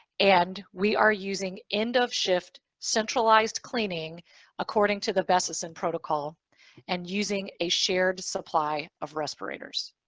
and we are using end of shift centralized cleaning according to the bessesen protocol and using a shared supply of respirators.